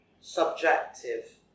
subjective